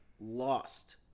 lost –